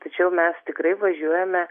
tačiau mes tikrai važiuojame